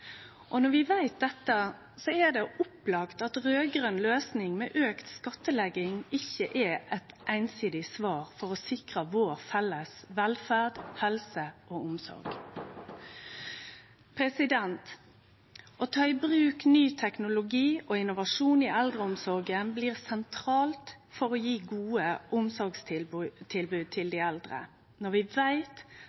Og når vi veit dette, er det opplagt at raud-grøn løysing med høg skattlegging ikkje er eit einsidig svar for å sikre vår felles velferd, helse og omsorg. Å ta i bruk ny teknologi og innovasjon i eldreomsorga blir sentralt for å gi gode omsorgstilbod til